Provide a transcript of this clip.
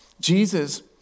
Jesus